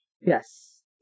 Yes